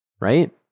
right